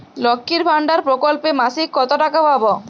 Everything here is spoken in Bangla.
লক্ষ্মীর ভান্ডার প্রকল্পে মাসিক কত টাকা পাব?